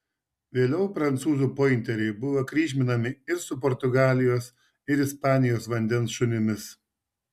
vėliau prancūzų pointeriai buvo kryžminami ir su portugalijos ir ispanijos vandens šunimis